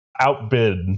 outbid